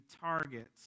targets